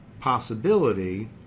possibility